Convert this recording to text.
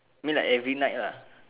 I mean like every night lah